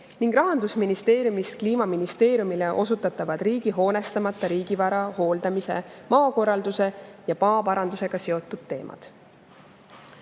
ning Rahandusministeeriumist Kliimaministeeriumile osutatavad riigi hoonestamata [kinnis]vara hooldamise, maakorralduse ja maaparandusega seotud teemad.